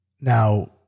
Now